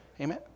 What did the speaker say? Amen